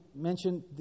mentioned